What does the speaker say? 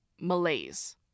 malaise